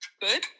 Good